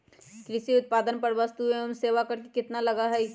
कृषि उत्पादन पर वस्तु एवं सेवा कर कितना लगा हई?